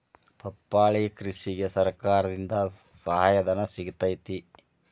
ಪಪ್ಪಾಳಿ ಕೃಷಿಗೆ ಸರ್ಕಾರದಿಂದ ಸಹಾಯಧನ ಸಿಗತೈತಿ